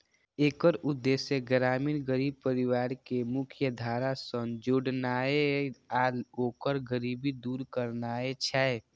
एकर उद्देश्य ग्रामीण गरीब परिवार कें मुख्यधारा सं जोड़नाय आ ओकर गरीबी दूर करनाय छै